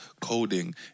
coding